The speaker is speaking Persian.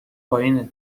پایینه